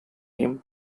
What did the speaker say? him